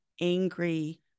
angry